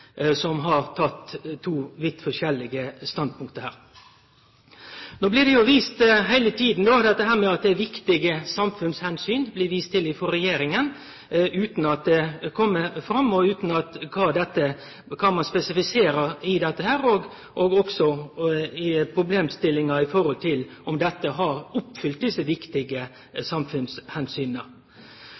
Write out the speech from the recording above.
som har teke to vidt forskjellige standpunkt her. No blir det heile tida vist til frå regjeringa at det er viktige samfunnsomsyn, utan at ein spesifiserer dette, og også problemstillingar i forhold til om desse viktige